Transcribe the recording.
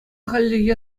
хальлӗхе